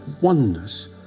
oneness